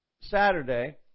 Saturday